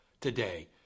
today